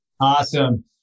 Awesome